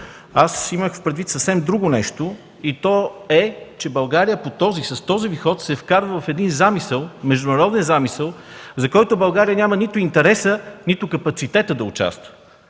Имах предвид съвсем други нещо и то е, че България с този Ви ход се вкарва в един международен замисъл, за който България няма нито интерес, нито капацитет да участва.